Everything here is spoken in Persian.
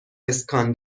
اسکان